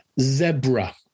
zebra